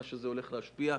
איך זה הולך להשפיע,